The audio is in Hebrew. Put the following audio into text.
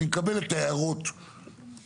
אני מקבל את ההערות מלמעלה.